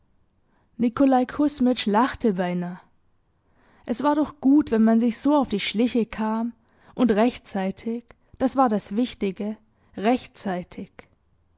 nikolaj kusmitsch lachte beinah es war doch gut wenn man sich so auf die schliche kam und rechtzeitig das war das wichtige rechtzeitig